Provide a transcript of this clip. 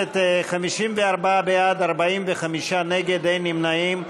54 בעד, 45 נגד, אין נמנעים.